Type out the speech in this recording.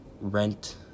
rent